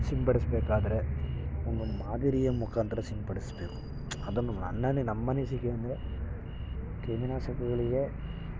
ಸಿಂಪಡಿಸಬೇಕಾದ್ರೆ ಒಂದು ಮಾದರಿಯ ಮುಖಾಂತರ ಸಿಂಪಡಿಸಬೇಕು ಅದನ್ನು ನಮ್ಮನಿಸಿಕೆ ಅಂದರೆ ಕ್ರಿಮಿ ನಾಶಕಗಳಿಗೆ